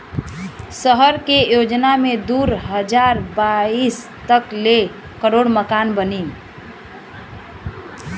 सहर के योजना मे दू हज़ार बाईस तक ले करोड़ मकान बनी